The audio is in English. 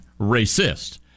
racist